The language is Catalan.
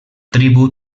tribu